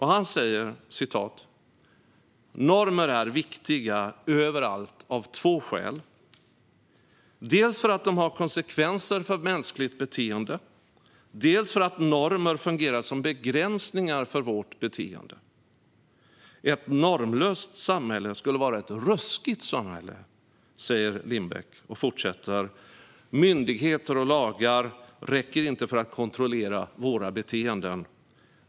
Han sa: Normer är viktiga överallt, av två skäl, dels att de har konsekvenser för mänskligt beteende, dels att de fungerar som begränsningar för vårt beteende. Ett normlöst samhälle skulle vara ett ruskigt samhälle. Myndigheter och lagar räcker inte för att kontrollera våra beteenden.